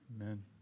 Amen